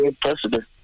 president